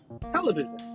television